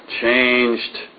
Changed